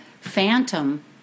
Phantom